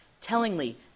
Tellingly